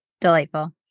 delightful